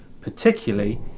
particularly